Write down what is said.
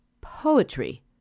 poetry